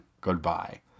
goodbye